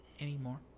anymore